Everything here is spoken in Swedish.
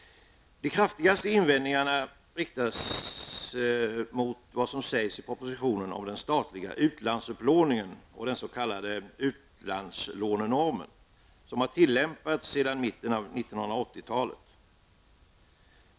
De kraftigaste invändningarna riktas mot vad som sägs i propositionen om den statliga utlandsupplåningen och den s.k. utlandslånenormen som har tillämpats sedan mitten av 1980-talet.